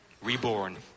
Reborn